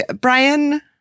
Brian